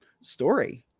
story